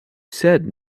said